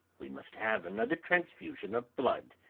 we must have another transfusion of blood,